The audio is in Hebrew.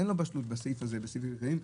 בסעיף הזה ובסעיפים אחרים.